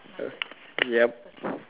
okay yup